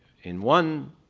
in one